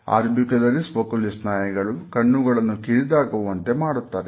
orbicularis oculi ಸ್ನಾಯುಗಳು ಕಣ್ಣುಗಳನ್ನು ಕಿರಿದಾಗುವ ವಂತೆ ಮಾಡುತ್ತದೆ